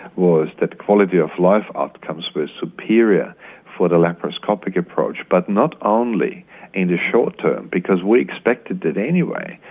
was that quality of life outcomes were superior for the laparoscopic approach, but not only in the short-term, because we expected that anyway,